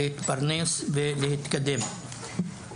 להתפרנס ולהתקדם.